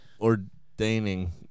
ordaining